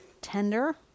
tender